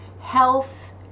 health